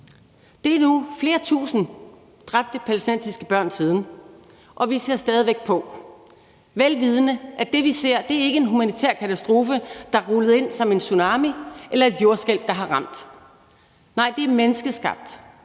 Det er nu flere tusind dræbte palæstinensiske børn siden, og vi ser stadig væk på, vel vidende at det, vi ser, ikke er en humanitær katastrofe, der rullede ind som en tsunami, eller et jordskælv, der har ramt. Nej, det er menneskeskabt.